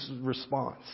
response